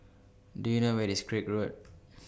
Do YOU know Where IS Craig Road